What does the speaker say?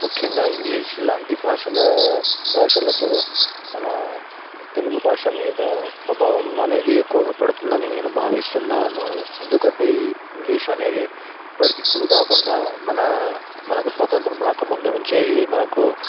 ముఖ్యంగా ఇంగ్లీష్ లాంటి భాషల భాషలతో మన తెలుగు భాష మీద ప్రభావం అనేది ఎక్కువగా పడుతుందని నేను భావిస్తున్నాను ఎందుకంటే ఇంగ్లీష్ అనేది ఇప్పుడు ఇప్పుడు కాకుండా మన మనకు స్వాతంత్రం రాకముందు నుంచే ఇది మనకు